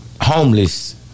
homeless